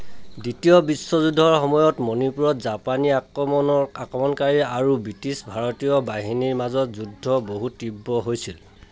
দ্বিতীয় বিশ্বযুদ্ধৰ সময়ত মণিপুৰত জাপানী আক্ৰমণৰ আক্ৰমণকাৰী আৰু ব্ৰিটিছ ভাৰতীয় বাহিনীৰ মাজত যুদ্ধ বহু তীব্ৰ হৈছিল